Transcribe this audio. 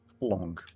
long